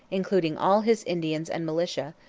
including all his indians and militia,